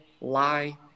lie